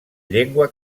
llengua